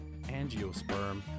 angiosperm